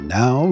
now